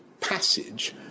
passage